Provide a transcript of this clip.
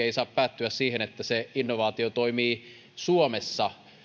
ei saa päättyä siihen että se innovaatio toimii suomessa